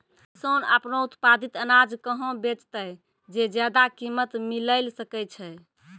किसान आपनो उत्पादित अनाज कहाँ बेचतै जे ज्यादा कीमत मिलैल सकै छै?